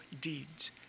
deeds